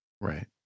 Right